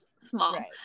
small